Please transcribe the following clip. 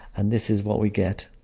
and this is what we get.